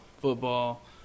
football